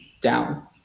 down